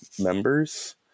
members